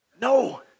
No